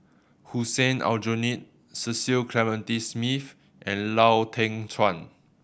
Hussein Aljunied Cecil Clementi Smith and Lau Teng Chuan